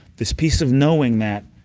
this peace of knowing that